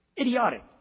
Idiotic